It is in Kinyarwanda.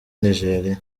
nigeria